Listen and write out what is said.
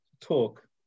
talk